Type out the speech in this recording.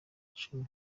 cumi